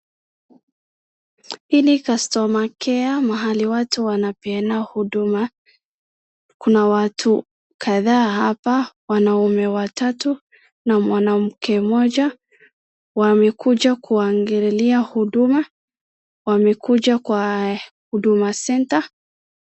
Hii ni customer care mahali watu wanapeana huduma. Kuna watu kadhaa hapa wanaume watatu na mwanamke mmoja wamekuja kuangililia huduma wamekuja kwa Huduma Center.